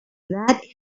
that